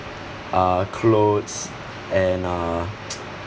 uh clothes and uh